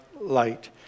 light